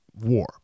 war